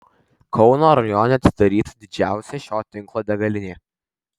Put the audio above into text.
kauno rajone atidaryta didžiausia šio tinklo degalinė